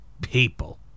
people